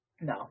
no